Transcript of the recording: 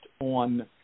on